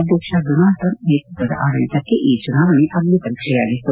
ಅಧ್ಯಕ್ಷ Donald Trump ನೇತೃತ್ವದ ಆಡಳಿತಕ್ಕೆ ಈ ಚುನಾವಣೆ ಅಗ್ನಿ ಪರೀಕ್ಷೆಯಾಗಿತ್ತು